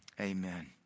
amen